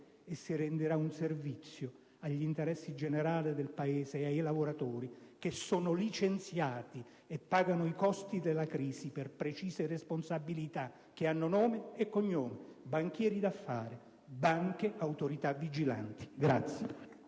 e si renderà un servizio agli interessi generali del Paese ed ai lavoratori che sono licenziati e pagano i costi della crisi per precise responsabilità, che hanno nome e cognome: banchieri d'affari, banche, autorità vigilanti.